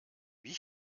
wie